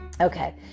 Okay